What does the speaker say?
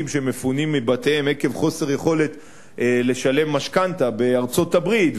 שמפונים מבתיהם עקב חוסר יכולת לשלם משכנתה בארצות-הברית,